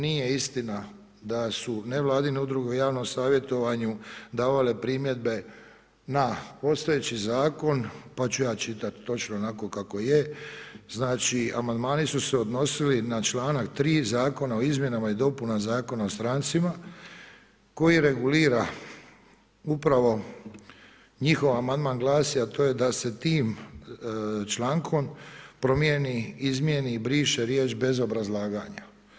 Nije istina da su nevladine udruge u javnom savjetovanju davale primjedbe na postojeći zakon pa ću ja čitati točno onako kako je znači amandmani su se odnosili na članak 3. zakona o izmjenama i dopuna Zakona o strancima koji regulira upravo njihov amandman glasi, a to je da se tim člankom promijeni, izmijeni i briše riječ bez obrazlaganja.